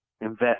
invest